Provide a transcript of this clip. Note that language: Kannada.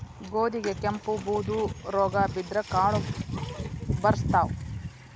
ಗೋಧಿಗೆ ಕೆಂಪು, ಬೂದು ರೋಗಾ ಬಿದ್ದ್ರ ಕಾಳು ಬರ್ಸತಾವ